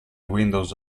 windows